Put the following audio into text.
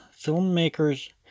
Filmmakers